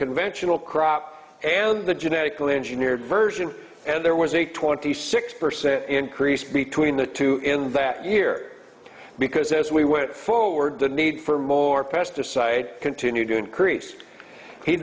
conventional crop and the genetically engineered version and there was a twenty six percent increase between the two in that year because as we went forward the need for more pesticide continued to increase he